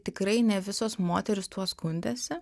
tikrai ne visos moterys tuo skundėsi